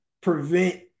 prevent